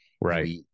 right